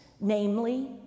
namely